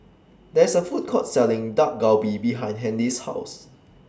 There IS A Food Court Selling Dak Galbi behind Handy's House